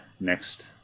next